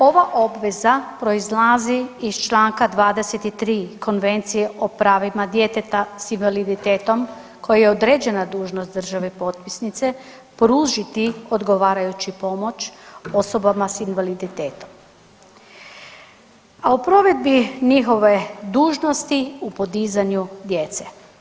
Ova obveza proizlazi iz čl. 23 Konvencije o pravima djeteta s invaliditetom koji je određena dužnost države potpisnice pružiti odgovarajući pomoć osobama s invaliditetom, a u provedbi njihove dužnosti u podizanju djece.